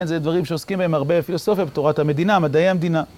כן, זה דברים שעוסקים בהם הרבה פילוסופיה בתורת המדינה, מדעי המדינה.